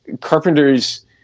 Carpenter's